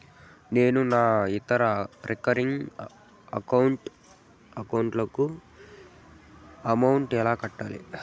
నేను నా ఇతర రికరింగ్ అకౌంట్ లకు అమౌంట్ ఎలా కట్టాలి?